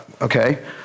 okay